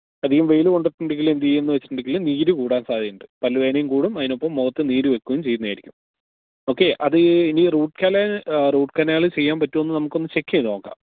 അധികം വെയില് കൊണ്ടിട്ടുണ്ടെങ്കില് എന്തുചെയ്യുമെന്ന് വെച്ചിട്ടുണ്ടങ്കില് നീര് കൂടാൻ സാധ്യതയുണ്ട് പല്ലുവേദനയും കൂടും അതിനൊപ്പം മുഖത്ത് നീരുവെയ്ക്കുകയും ചെയ്യുന്നതായിരിക്കും ഓക്കേ അതിനി റൂട്ട് കനാല് ചെയ്യാന് പറ്റുമോയെന്ന് നമുക്കൊന്ന് ചെക്ക് ചെയ്തുനോക്കാം